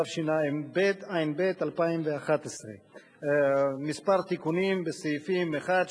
התשע"ב 2011. יש כמה תיקונים בסעיפים 1,